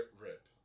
rip